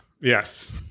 Yes